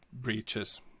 breaches